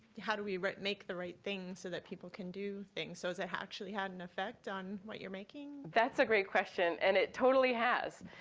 how do we make the right thing so that people can do things? so has it actually had an effect on what you're making? that's a great question. and it totally has.